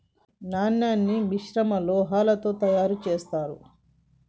నాణాన్ని మిశ్రమ లోహంతో తయారు చేత్తారు